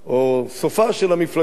או סופה של המפלגה,